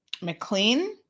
McLean